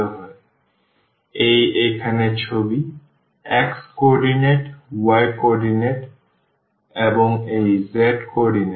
সুতরাং এই এখানে ছবি x কোঅর্ডিনেট y কোঅর্ডিনেট এবং এই z কোঅর্ডিনেট